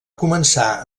començar